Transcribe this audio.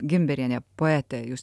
gimberienė poetė jūs